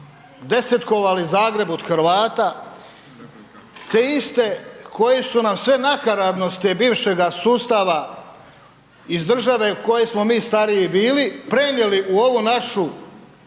desetkovali Zagreb od Hrvata, te iste koji su nam sve nakaradnosti bivšega sustava, iz države u kojoj smo mi stariji bili, prenijeli u ovu našu